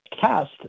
cast